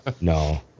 No